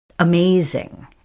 amazing